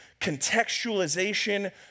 contextualization